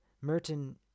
Merton